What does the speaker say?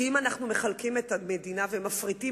כי אם אנחנו מחלקים את המדינה ומפריטים